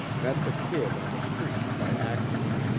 met the kid on the street by accident.